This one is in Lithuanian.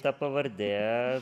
ta pavardė